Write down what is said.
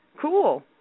Cool